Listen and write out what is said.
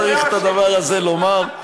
צריך את הדבר הזה לומר,